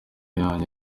yanjye